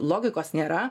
logikos nėra